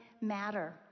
matter